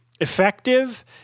effective